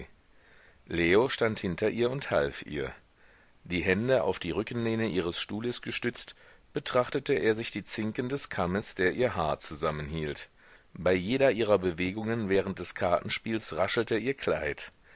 leo stand hinter ihr und half ihr die hände auf die rückenlehne ihres stuhles gestützt betrachtete er sich die zinken des kammes der ihr haar zusammenhielt bei jeder ihrer bewegungen während des kartenspiels raschelte ihr kleid